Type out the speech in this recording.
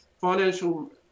Financial